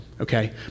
okay